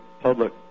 public